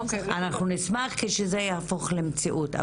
אנחנו נשמח כשזה יהפוך למציאות.